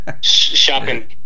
shopping